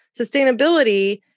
Sustainability